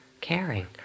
caring